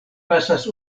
pasas